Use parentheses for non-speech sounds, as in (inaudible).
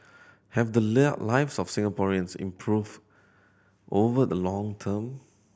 have the (unintelligible) lives of Singaporeans improved over the long term